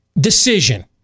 decision